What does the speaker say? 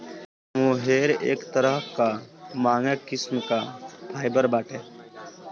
मोहेर एक तरह कअ महंग किस्म कअ फाइबर बाटे